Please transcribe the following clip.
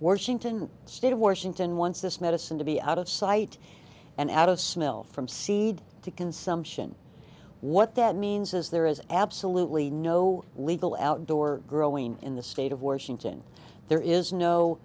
seeing tonight state of washington once this medicine to be out of sight and out of smell from seed to consumption what that means is there is absolutely no legal outdoor growing in the state of washington there is no